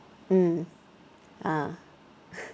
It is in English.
mm ah